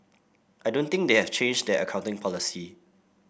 I don't think they have changed their accounting policy